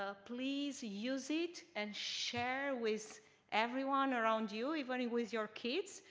ah please use it. and share with everyone around you, even with your kids.